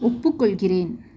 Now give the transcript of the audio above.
ஒப்புக்கொள்கிறேன்